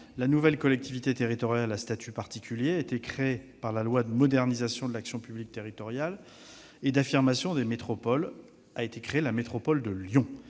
une nouvelle collectivité territoriale à statut particulier a été créée par la loi de modernisation de l'action publique territoriale et d'affirmation des métropoles, dite loi Maptam : la métropole de Lyon.